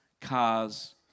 cars